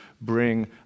bring